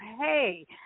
hey